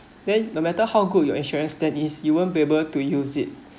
then no matter how good your insurance that is you won't be able to use it